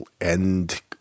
end